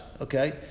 okay